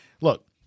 Look